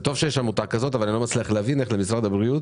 זה טוב שיש עמותה כזאת אבל אני לא מצליח להבין איך למשרד הבריאות,